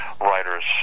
writers